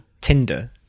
tinder